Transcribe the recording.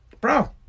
Bro